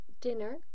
dinner